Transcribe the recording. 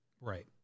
Right